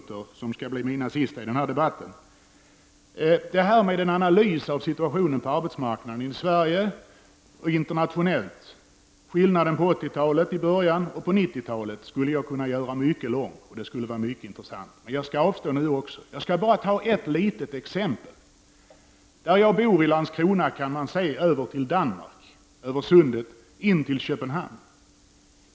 Herr talman! Analysen av situationen på arbetsmarknaden i Sverige jämfört med andra länder och av skillnaden mellan början av 80-talet och början av 90-talet skulle jag kunna göra mycket lång, och det skulle vara mycket intressant. Men jag skall avstå nu från att göra en sådan. Jag skall bara ge ett litet exempel. I Landskrona, där jag bor, kan man över sundet se över till Danmark in till Köpenhamn.